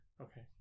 Okay